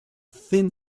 thin